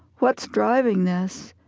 what's driving this?